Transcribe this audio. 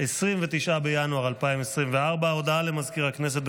29 בינואר 2024. הודעה למזכיר הכנסת.